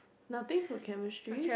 nothing for chemistry